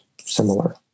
similar